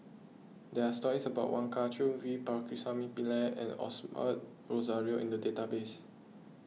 there are stories about Wong Kah Chun V Pakirisamy Pillai and Osbert Rozario in the database